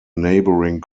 neighboring